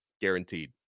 guaranteed